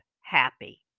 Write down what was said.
happy